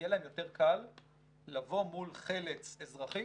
שיהיה להם יותר קל לבוא מול חל"צ אזרחי